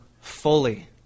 fully